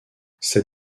c’est